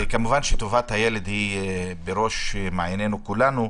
כמובן שטובת הילד היא בראש מעייננו כולנו,